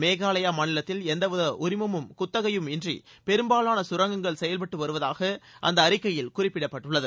மேகாலயா மாநிலத்தில் எந்த வித உரிமமும் குத்தகையும் இன்றி பெரும்பாலான சுரங்கங்கள் செயல்பட்டு வருவதாக அந்த அறிக்கையில் குறிப்பிடப்பட்டுள்ளது